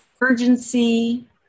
urgency